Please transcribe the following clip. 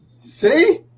See